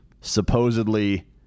supposedly